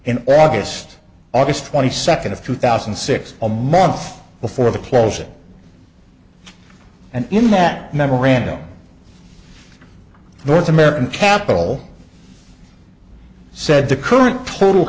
in august august twenty second of two thousand and six a month before the closing and in that memorandum this american capital said the current total